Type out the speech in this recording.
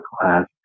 class